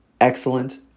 excellent